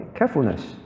Carefulness